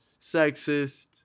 sexist